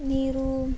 ನೀರು